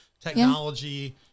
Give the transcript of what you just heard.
technology